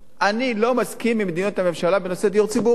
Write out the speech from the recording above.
אני לא מסכים עם מדיניות הממשלה בנושא הדיור הציבורי.